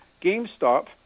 GameStop